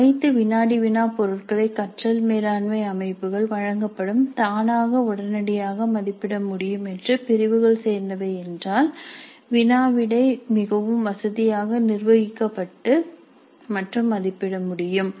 அனைத்து வினாடி வினா பொருட்களை கற்றல் மேலாண்மை அமைப்புகள் வழங்கப்படும் தானாக உடனடியாக மதிப்பிட முடியும் என்று பிரிவுகள் சேர்ந்தவை என்றால் வினாவிடை மிகவும் வசதியாக நிர்வகிக்கப்பட்டு மற்றும் மதிப்பிட முடியும்